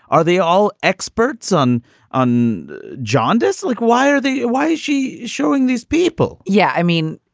are they all experts on on john deselect? why are they why is she showing these people? yeah. i mean,